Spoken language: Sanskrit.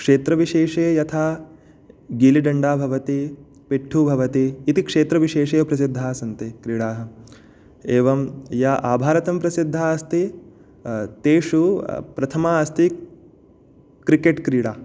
क्षेत्रविशेषे यथा गिलिडण्डा भवति पिट्ठु भवति इति क्षेत्रविशेषे प्रसिद्धाः सन्ति क्रीडाः एवं या आभारतं प्रसिद्धाः अस्ति तेषु प्रथमा अस्ति क्रिकेट् क्रीडा